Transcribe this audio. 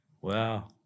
Wow